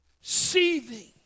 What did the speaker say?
Seething